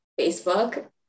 Facebook